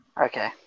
Okay